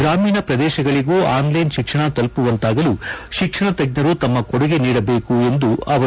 ಗ್ರಾಮೀಣ ಪ್ರದೇಶಗಳಗೂ ಆನ್ಲೈನ್ ಶಿಕ್ಷಣ ತಲುಮವಂತಾಗಲು ಶಿಕ್ಷಣ ತಜ್ಞರು ತಮ್ಮ ಕೊಡುಗೆ ನೀಡಬೇಕು ಎಂದರು